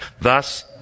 Thus